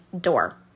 door